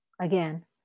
again